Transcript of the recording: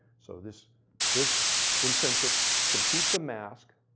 so this this intrinsic computes a mask,